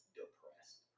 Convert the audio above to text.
depressed